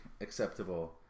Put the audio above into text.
acceptable